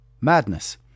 madness